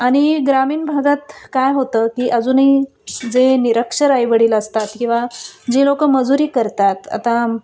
आणि ग्रामीण भागात काय होतं की अजूनही जे निरक्षर आईवडील असतात किंवा जे लोकं मजुरी करतात आता